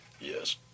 Yes